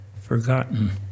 forgotten